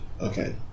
Okay